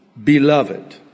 Beloved